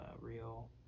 real